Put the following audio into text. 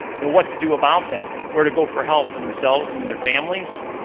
know what to do about them, where to go for help for themselves and and their families,